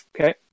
Okay